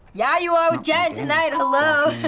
yeah you are with jenn tonight, hello.